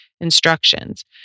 Instructions